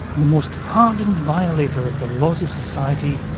the most hardened violator of the laws of society,